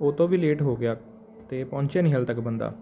ਉਹ ਤੋਂ ਵੀ ਲੇਟ ਹੋ ਗਿਆ ਅਤੇ ਪਹੁੰਚਿਆ ਨੀ ਹਾਲੇ ਤੱਕ ਬੰਦਾ